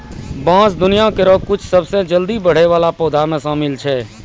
बांस दुनिया केरो कुछ सबसें जल्दी बढ़ै वाला पौधा म शामिल छै